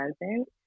present